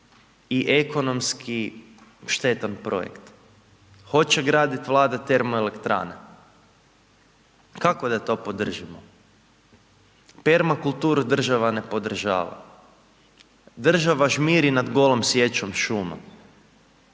i ekonomski štetan projekt. Hoće graditi vlada termoelektrane. Kako da to podržimo? Permakulturu država ne podržava. Država žmiri nad golom sječom šuma